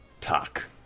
talk